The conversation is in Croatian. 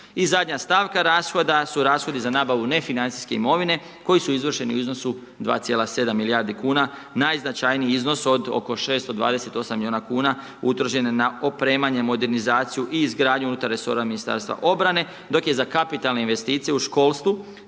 I zadnja stavka rashoda su rashodi za nabavu nefinancijske imovine koji su izvršeni u iznosu 2,7 milijardi kuna, najznačajniji iznos od oko 628 miliona kuna utrošen je na opremanje, modernizaciju i izgradnju unutar resora Ministarstva obrane, dok je za kapitalne investicije u školstvu